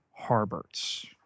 Harberts